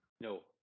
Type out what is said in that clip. No